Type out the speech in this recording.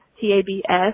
t-a-b-s